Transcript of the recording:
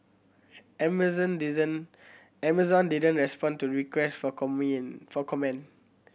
Amazon Amazon didn't respond to request for for comment